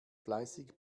fleißig